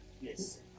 Yes